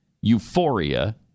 euphoria